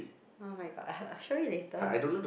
[oh]-my-god I'll I'll show you later